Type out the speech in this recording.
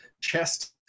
chest